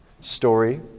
story